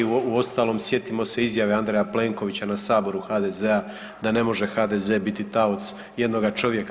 Uostalom sjetimo se izjave Andreja Plenkovića na Saboru HDZ-a da ne može HDZ biti taoc jednoga čovjeka.